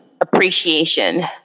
appreciation